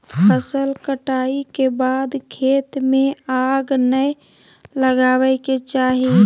फसल कटाई के बाद खेत में आग नै लगावय के चाही